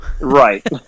Right